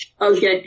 Okay